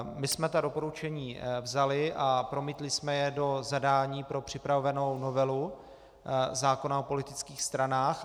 My jsme ta doporučení vzali a promítli jsme je pro zadání pro připravovanou novelu zákona o politických stranách.